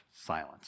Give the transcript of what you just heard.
silence